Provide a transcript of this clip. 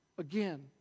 again